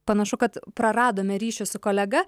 panašu kad praradome ryšį su kolega